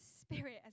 spirit